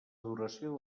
duració